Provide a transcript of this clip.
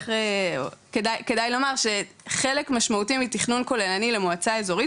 וכדאי לומר שחלק משמעותי מתכנון כוללני למועצה אזורית,